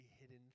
hidden